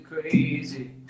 crazy